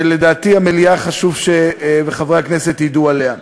שלדעתי חשוב שהמליאה וחברי הכנסת ידעו עליהם.